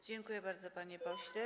Dziękuję bardzo, panie pośle.